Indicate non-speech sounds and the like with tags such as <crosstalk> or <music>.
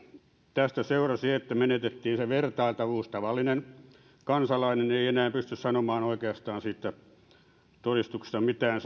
tästä seurasi että menetettiin se vertailtavuus ja tavallinen kansalainen ei enää pysty sanomaan siitä todistuksesta oikeastaan mitään <unintelligible>